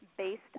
based